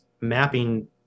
mapping